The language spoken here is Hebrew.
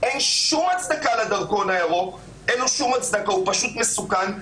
אין שום הצדקה לתו הירוק, והוא פשוט מסוכן.